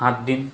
সাতদিন